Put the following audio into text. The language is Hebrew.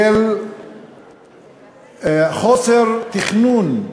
של חוסר תכנון,